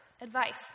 advice